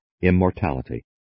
immortality